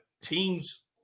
teams